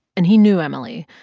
and he knew emily.